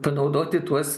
panaudoti tuos